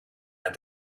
and